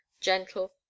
gentle